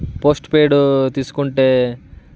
post paid తీసుకుంటే